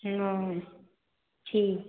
ओ ठीक